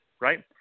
right